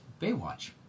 Baywatch